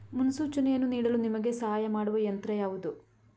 ಮುನ್ಸೂಚನೆಯನ್ನು ನೀಡಲು ನಿಮಗೆ ಸಹಾಯ ಮಾಡುವ ಯಂತ್ರ ಯಾವುದು?